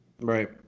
Right